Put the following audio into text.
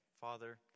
Father